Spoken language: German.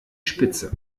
spitze